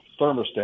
thermostat